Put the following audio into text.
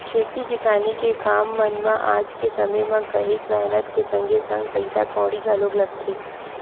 खेती किसानी के काम मन म आज के समे म काहेक मेहनत के संगे संग पइसा कउड़ी घलो लगथे